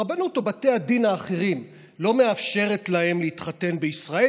הרבנות או בתי הדין האחרים לא מאפשרים להם להתחתן בישראל,